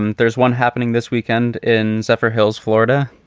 and there's one happening this weekend in zephyrhills, florida.